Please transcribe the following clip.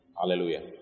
Hallelujah